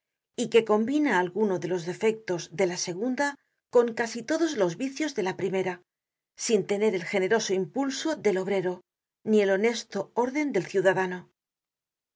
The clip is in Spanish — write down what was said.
y que combina alguno de los defectos de la segunda con casi todos los vicios de la primera sin tener el generoso impulso del obrero ni el honesto orden del ciudadano